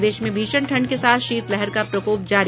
प्रदेश में भीषण ठंड के साथ शीतलहर का प्रकोप जारी